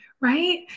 Right